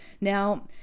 now